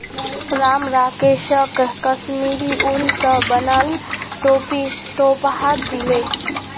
राम राकेशक कश्मीरी उन स बनाल टोपी तोहफात दीले